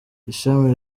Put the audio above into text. ishami